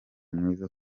mwiza